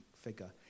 figure